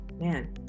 man